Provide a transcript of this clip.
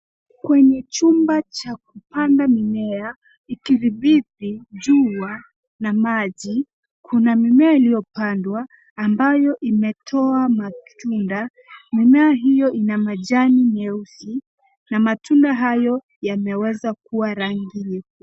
Kwenye chumba cha kupanda mimea, ikidhibiti jua na maji. Kuna mimea iliyopandwa ambayo imetoa matunda. Mimea hiyo ina majani nyeusi, na matunda hayo yameweza kuwa rangi nyekundu.